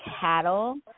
cattle